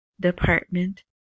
Department